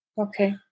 Okay